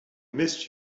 missed